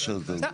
בסדר.